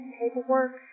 paperwork